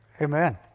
amen